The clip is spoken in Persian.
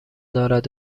دارد